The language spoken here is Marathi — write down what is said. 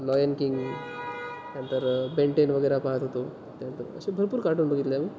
लॉयन किंग त्यांतर बेंटेन वगैरा पाहत होतो त्यानंतर असे भरपूर कार्टून बघितले आम्ही